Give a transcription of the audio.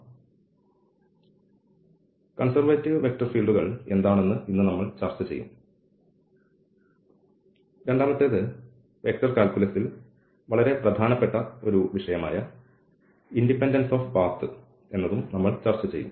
അതിനാൽ conservative vector ഫീൽഡുകൾ എന്താണെന്ന് ഇന്ന് നമ്മൾ ചർച്ച ചെയ്യും രണ്ടാമത്തേത് വെക്റ്റർ കാൽക്കുലസിൽ വളരെ പ്രധാനപ്പെട്ട ഒരു വിഷയമായ ഇൻഡിപെൻഡൻസ് ഓഫ് പാത്ത് നമ്മൾ ചർച്ച ചെയ്യും